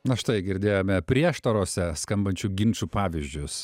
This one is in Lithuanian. na štai girdėjome prieštarose skambančių ginčų pavyzdžius